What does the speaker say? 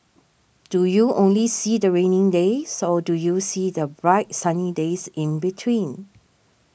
do you only see the rainy days or do you see the bright sunny days in between